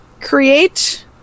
create